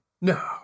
No